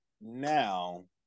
now